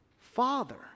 Father